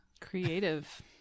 Creative